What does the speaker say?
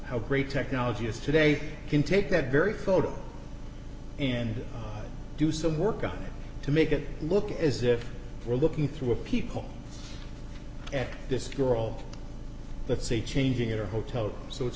how great tech knology is today can take that very photo and do some work on it to make it look as if we're looking through a peephole at this girl let's say changing in a hotel so it's